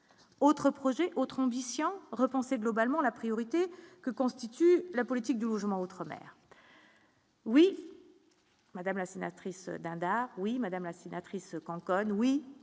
autre projet, autre ambition repenser globalement la priorité que constitue la politique du logement outre-mer. Oui, madame la sénatrice dada, oui madame la sénatrice qu'connaît oui